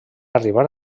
arribar